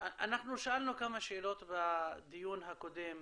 אנחנו שאלנו כמה שאלות בדיון הקודם